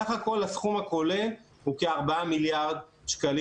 הסכום הכולל החסר הוא כ-4 מיליארד שקלים.